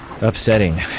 upsetting